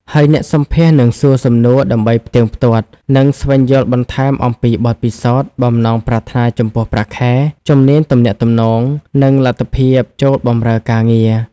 ហើយអ្នកសម្ភាសន៍នឹងសួរសំណួរដើម្បីផ្ទៀងផ្ទាត់ និងស្វែងយល់បន្ថែមអំពី បទពិសោធន៍ បំណងប្រាថ្នាចំពោះប្រាក់ខែ ជំនាញទំនាក់ទំនង និងលទ្ធភាពចូលបម្រើការងារ។